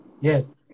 Yes